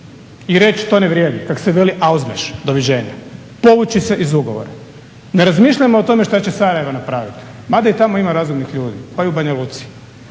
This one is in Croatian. i reći to ne vrijedi. Kak se veli ausbach – doviđenja, povući se iz ugovora. Ne razmišljamo o tome što će Sarajevo napraviti, mada i tamo ima razumnih ljudi pa i u Banja Luci.